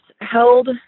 held